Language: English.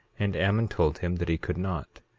and ammon told him that he could not.